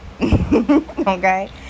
okay